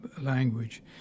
language